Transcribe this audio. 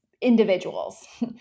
individuals